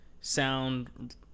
sound